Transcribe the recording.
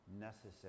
necessary